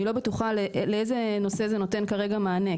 אני לא בטוחה לאיזה נושא זה נותן כרגע מענה.